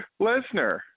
Lesnar